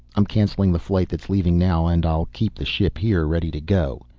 i'm canceling the flight that's leaving now and i'll keep the ship here, ready to go.